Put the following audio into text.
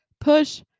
push